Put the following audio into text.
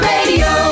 Radio